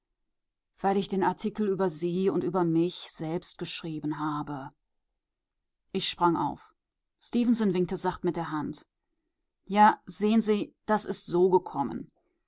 weil ich den artikel über sie und über mich selbst geschrieben habe ich sprang auf stefenson winkte sacht mit der hand ja sehen sie das ist so gekommen